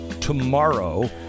tomorrow